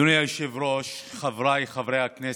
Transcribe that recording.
אדוני היושב-ראש, חבריי חברי הכנסת,